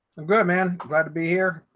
i'm good man. glad to be here.